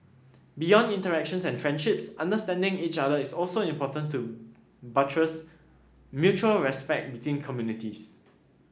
beyond interactions and friendships understanding each other is also important to buttress mutual respect between communities